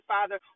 Father